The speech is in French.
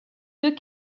deux